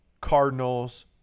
Cardinals